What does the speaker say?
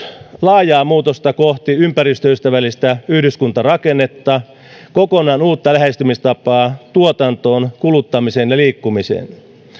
laajaa muutosta kohti ympäristöystävällistä yhdyskuntarakennetta kokonaan uutta lähestymistapaa tuotantoon kuluttamiseen ja liikkumiseen